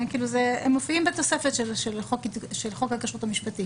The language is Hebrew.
הם מופיעים בתוספת של חוק הכשרות המשפטית